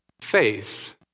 faith